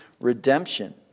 redemption